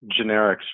generics